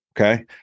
Okay